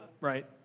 right